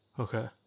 Okay